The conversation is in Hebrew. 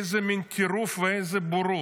איזה מין טירוף ואיזו בורות.